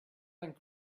and